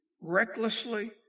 recklessly